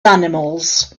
animals